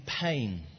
pain